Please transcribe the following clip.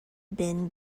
been